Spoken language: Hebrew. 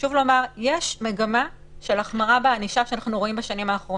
חשוב לומר יש מגמה של החמרה בענישה שאנחנו רואים בשנים האחרונות.